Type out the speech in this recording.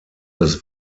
das